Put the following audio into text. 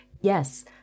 yes